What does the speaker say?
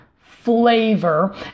flavor